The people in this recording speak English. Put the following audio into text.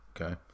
okay